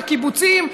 לקיבוצים,